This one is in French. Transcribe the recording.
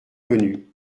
connu